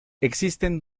existen